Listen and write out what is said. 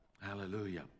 Hallelujah